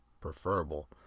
preferable